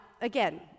again